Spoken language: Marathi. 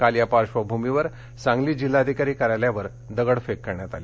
काल या पार्श्वभूमीवर सांगली जिल्हाधिकारी कार्यालयावर दगडफेक करण्यात आली